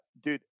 dude